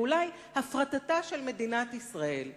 ואולי הפרטתה של מדינת ישראל.